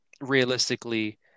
realistically